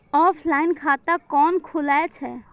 Offline खाता कैना खुलै छै?